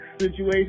situation